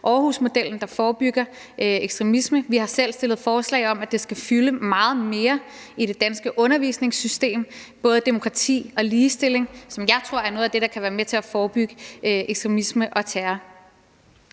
Aarhusmodellen, der forebygger ekstremisme. Vi har selv fremsat forslag om, at det skal fylde meget mere i det danske undervisningssystem – både demokrati og ligestilling; det tror jeg er noget af det, der kan være med til at forebygge ekstremisme og terror.